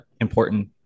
important